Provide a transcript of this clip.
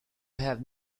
have